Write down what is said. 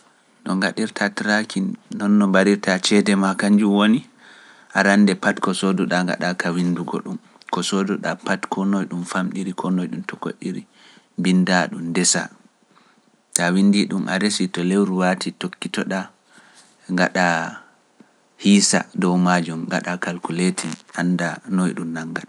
Dɗo ngaɗirta trakini nonno mbarirta cede ma kanjum woni arande pat ko sooduɗa ngaɗa ka windugo ɗum ko sooduɗa pat ko noy ɗum famɗiri ko noy ɗum tokoɗiri binda ɗum ndesa ta winndi ɗum a resi to lewru waati tokkitoɗa ngaɗa hiisa dow maajum ngaɗa kalkuleeti anda noy ɗum nangata.